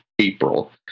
April